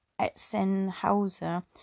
Etzenhauser